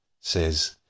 says